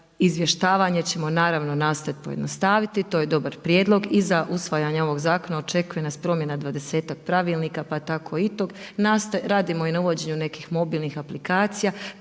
Izvještavanje ćemo naravno nastojat pojednostaviti. To je dobar prijedlog. I za usvajanje ovog zakona očekuje nas promjena dvadesetak pravilnika pa tako i tog. Radimo i na uvođenju nekih mobilnih aplikacija,